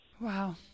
Wow